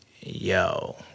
yo